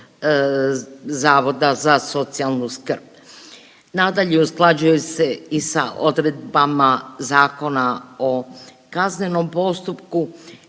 zavoda za socijalnu skrb. Nadalje, usklađuje se i sa odredbama Zakona o kaznenom postupku